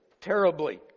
terribly